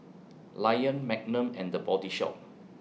Lion Magnum and The Body Shop